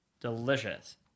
Delicious